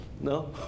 No